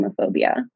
homophobia